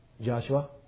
Joshua